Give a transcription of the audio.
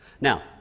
Now